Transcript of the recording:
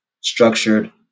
structured